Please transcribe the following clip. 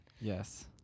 Yes